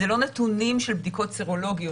אלה לא נתונים של בדיקות סרולוגיות.